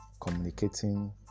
communicating